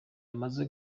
bamaze